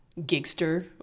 Gigster